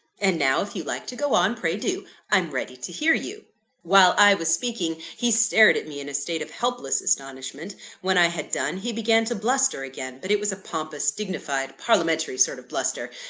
and now, if you like to go on, pray do i'm ready to hear you while i was speaking, he stared at me in a state of helpless astonishment when i had done, he began to bluster again but it was a pompous, dignified, parliamentary sort of bluster,